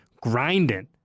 grinding